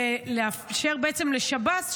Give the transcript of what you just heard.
ולאפשר לשב"ס,